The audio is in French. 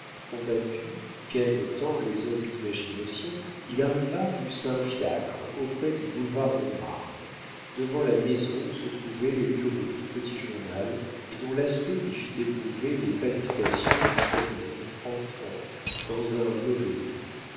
combattu qu'aiment tant les hommes d'imagination il arriva rue saint fiacre auprès du boulevard montmartre devant la maison où se trouvaient les bureaux du petit journal et dont l'aspect lui fit éprouver les palpitations du jeune homme entrant dans un mauvais lieu